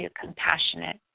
compassionate